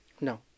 No